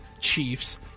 Chiefs